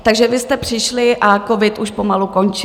Takže vy jste přišli a covid už pomalu končil.